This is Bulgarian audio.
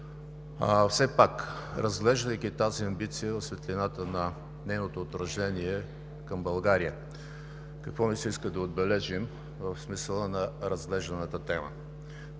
света, разглеждайки тази амбиция в светлината на нейното отражение към България. Какво ми се иска да отбележим в смисъла на разглежданата тема?